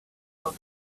out